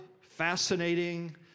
fascinating